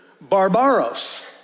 barbaros